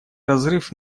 разрыв